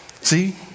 See